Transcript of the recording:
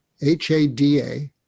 H-A-D-A